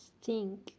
stink